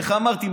איך אמרתי?